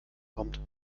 kommt